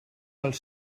els